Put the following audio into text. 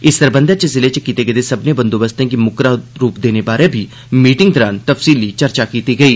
इस सरबंधै च जिले च कीते गेदे सब्मने बंदोबस्तें गी मुक्कदा रूप बारै बी मीटिंग दौरान तफ्सीली चर्चा कीती गेई